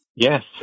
Yes